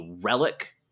relic